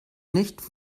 nicht